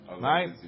Right